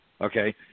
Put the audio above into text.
Okay